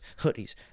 hoodies